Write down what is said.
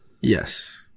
Yes